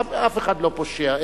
אף אחד לא פושע,